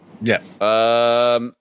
Yes